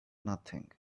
nothing